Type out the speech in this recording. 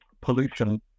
pollution